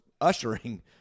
ushering